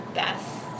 best